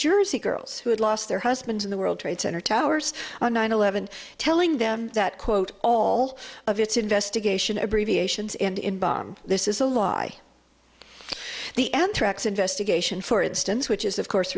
jersey girls who had lost their husbands in the world trade center towers on nine eleven telling them that quote all of its investigation abbreviations and in bomb this is a law i the anthrax investigation for instance which is of course